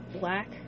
black